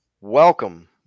Welcome